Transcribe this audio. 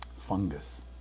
Fungus